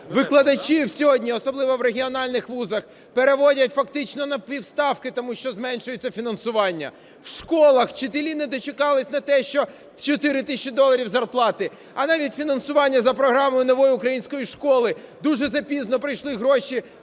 викладачів сьогодні, особливо в регіональних вузах, переводять фактично на пів ставки, тому що зменшується фінансування. У школах вчителі не дочекалися не те що чотири тисячі доларів зарплати, а навіть фінансування за програмою "Нова українська школа". Дуже запізно прийшли гроші,